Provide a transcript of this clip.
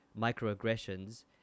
microaggressions